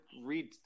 read